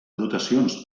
dotacions